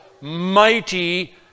mighty